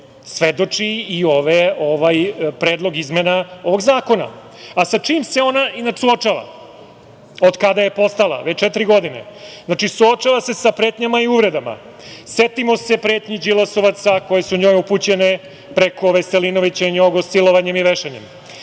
svedoči i ovaj predlog izmena ovog zakona. Sa čime se ona inače suočava od kada je postala, već četiri godine? Suočava se sa pretnjama i uvredama. Setimo se pretnji Đilasovaca koje su njoj upućene preko Veselinovića silovanjem i vešanjem.